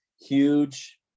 huge